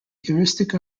heuristic